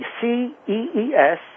C-E-E-S